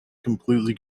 completely